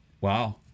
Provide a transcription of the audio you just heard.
Wow